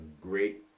great